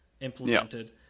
implemented